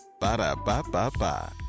Ba-da-ba-ba-ba